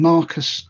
Marcus